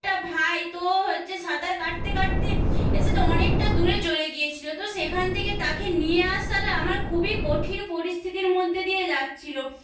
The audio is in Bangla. একটা ভাই তো হচ্ছে সাঁতার কাটতে কাটতে এ সে তো অনেকটা দূরে চলে গিয়েছিল তো সেখান থেকে তাকে নিয়ে আসাটা আমার খুবই কঠিন পরিস্থিতির মধ্যে দিয়ে যাচ্ছিল